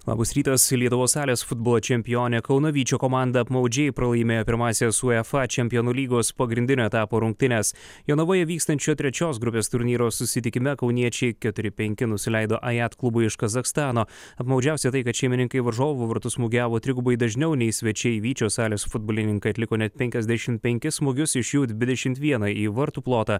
labas rytas lietuvos salės futbolo čempionė kauno vyčio komanda apmaudžiai pralaimėjo pirmąsias uefa čempionų lygos pagrindinio etapo rungtynes jonavoje vykstančio trečios grupės turnyro susitikime kauniečiai keturi penki nusileido ajat klubui iš kazachstano apmaudžiausia tai kad šeimininkai į varžovų vartus smūgiavo trigubai dažniau nei svečiai vyčio salės futbolininkai atliko net penkiasdešimt penkis smūgius iš jų dvidešimt vieną į vartų plotą